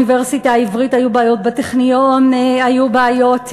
באוניברסיטה העברית היו בעיות, בטכניון היו בעיות,